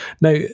now